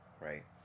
right